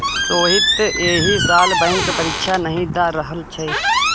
सोहीत एहि साल बैंक परीक्षा नहि द रहल छै